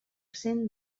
cent